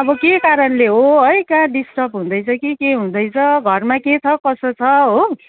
अब के कारणले हो है कहाँ डिस्टर्ब हुँदैछ कि के हुँदैछ घरमा के छ कसो छ हो